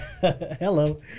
Hello